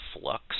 flux